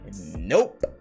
Nope